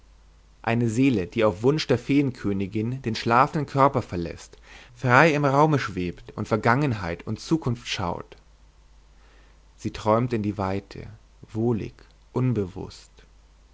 eine seele die auf wunsch der feenkönigin den schlafenden körper verläßt frei im raume schwebt und vergangenheit und zukunft schaut sie träumte in die weite wohlig unbewußt